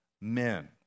men